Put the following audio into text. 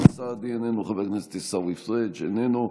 איננו, חבר הכנסת יוסף טייב, איננו,